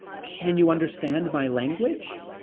can you understand my language?